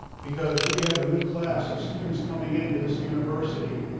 because we have a new class of students coming into this university